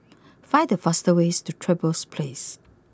find the fastest way to Trevose place